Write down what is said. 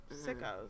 sickos